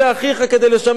כדי לשמש אותם.